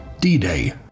D-Day